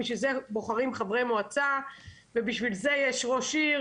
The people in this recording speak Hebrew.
בשביל זה בוחרים חברי מועצה ובשביל זה יש ראש עיר,